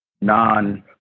non